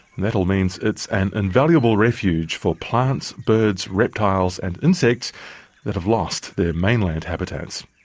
and that all means it's an invaluable refuge for plants, birds, reptiles and insects that have lost their mainland habitats.